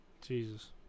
Jesus